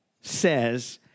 says